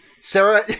sarah